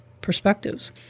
perspectives